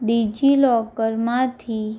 ડિજિલોકરમાંથી